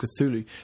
Cthulhu